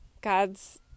God's